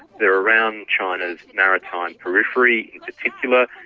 they are around china's maritime periphery in particular.